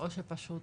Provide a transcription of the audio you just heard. או שפשוט